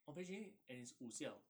orh 培群 and it's 武校